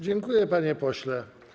Dziękuję, panie pośle.